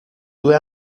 due